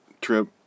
trip